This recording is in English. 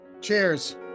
Cheers